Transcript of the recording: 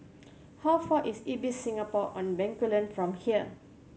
how far is Ibis Singapore On Bencoolen from here